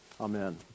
Amen